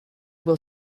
will